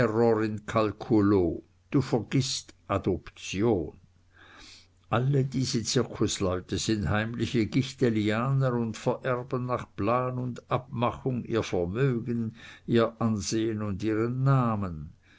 du vergißt adoption alle diese zirkusleute sind heimliche gichtelianer und vererben nach plan und abmachung ihr vermögen ihr ansehen und ihren namen